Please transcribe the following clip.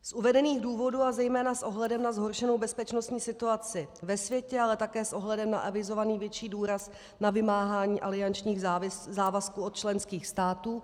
Z uvedených důvodů a zejména s ohledem na zhoršenou bezpečnostní situaci ve světě, ale také s ohledem na avizovaný větší důraz na vymáhání aliančních závazků od členských států...